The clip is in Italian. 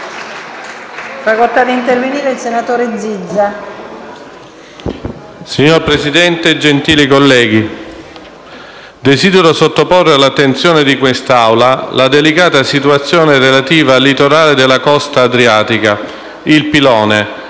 Signora Presidente, gentili colleghi, desidero sottoporre all’attenzione di quest’Assemblea la delicata situazione relativa al litorale della costa adriatica Il Pilone,